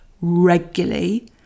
regularly